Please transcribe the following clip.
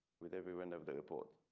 with everyone of the airport.